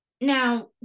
now